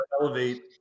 elevate